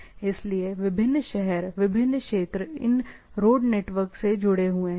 इसलिए विभिन्न शहर विभिन्न क्षेत्र इन रोड नेटवर्क से जुड़े हुए हैं